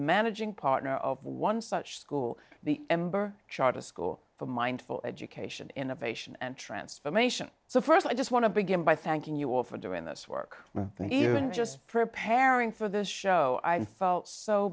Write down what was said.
managing partner of one such school the ember charter school for mindful education innovation and transformation so first i just want to begin by thanking you all for doing this work and even just preparing for this show i felt so